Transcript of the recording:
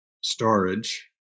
storage